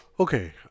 Okay